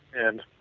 and